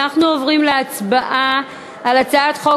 אנחנו עוברים להצבעה על הצעת חוק